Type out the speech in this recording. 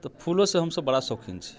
तऽ फूलोसँ हमसब बड़ा शौकीन छी